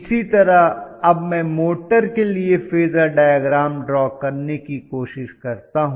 इसी तरह अब मैं मोटर के लिए फेजर डायग्राम ड्रॉ करने की कोशिश करता हूं